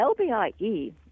LBIE